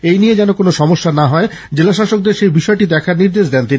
এই নিয়ে যেন কোনো সমস্যা না হয় জেলাশাসকদের সেই বিষয়টি দেখার নির্দেশ দেন তিনি